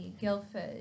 Guildford